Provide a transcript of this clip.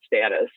status